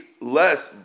less